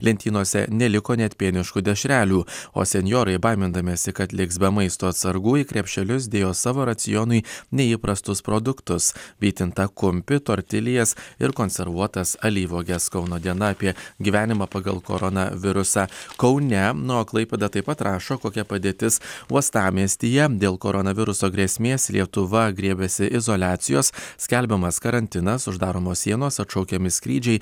lentynose neliko net pieniškų dešrelių o senjorai baimindamiesi kad liks be maisto atsargų į krepšelius dėjo savo racionui neįprastus produktus vytintą kumpį tortiljas ir konservuotas alyvuoges kauno diena apie gyvenimą pagal koronavirusą kaune na o klaipėda taip pat rašo kokia padėtis uostamiestyje dėl koronaviruso grėsmės lietuva griebiasi izoliacijos skelbiamas karantinas uždaromos sienos atšaukiami skrydžiai